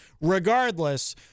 regardless